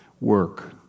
work